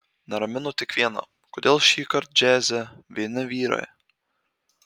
neramino tik viena kodėl šįkart džiaze vieni vyrai